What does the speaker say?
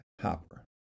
Hopper